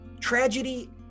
tragedy